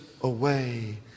away